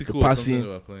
passing